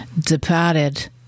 departed